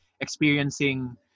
experiencing